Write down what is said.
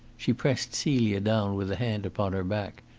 she pressed celia down with a hand upon her back,